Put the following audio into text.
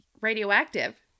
radioactive